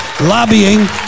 lobbying